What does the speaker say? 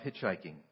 hitchhiking